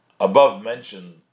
above-mentioned